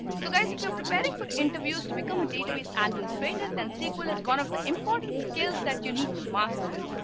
so guys if you're preparing for interviews to become a database administrator than sql is one of the important skills that you need to master in.